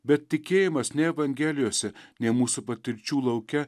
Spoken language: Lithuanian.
bet tikėjimas nei evangelijose nei mūsų patirčių lauke